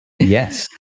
Yes